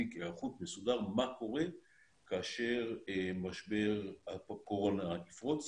תיק היערכות מסודר מה קורה כאשר משבר הקורונה יפרוץ,